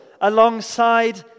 alongside